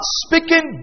speaking